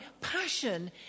passion